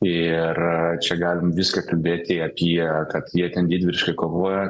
ir čia galim viską kalbėti apie kad jie ten didvyriškai kovojo